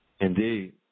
Indeed